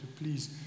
please